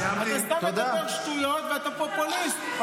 אתה סתם מדבר שטויות, ואתה פופוליסט.